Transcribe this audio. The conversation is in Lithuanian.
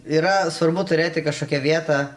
yra svarbu turėti kažkokią vietą